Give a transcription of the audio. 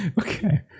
Okay